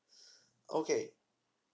okay